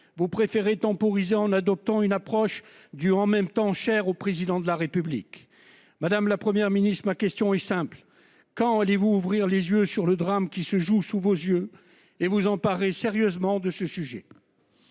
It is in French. vous préféré temporiser en adoptant une approche du en même temps, cher au président de la République, madame, la Première ministre ma question est simple, quand allez-vous ouvrir les yeux sur le drame qui se joue sous vos yeux et vous emparer sérieusement de ce sujet.